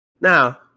Now